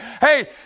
Hey